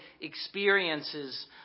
experiences